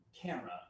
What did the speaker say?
camera